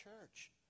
church